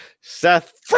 Seth